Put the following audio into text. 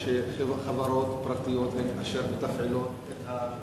חברות פרטיות הן אשר מתפעלות את המעברים.